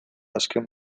azken